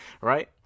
Right